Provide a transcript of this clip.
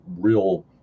real